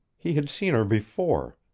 he had seen her before.